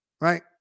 right